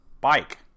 bike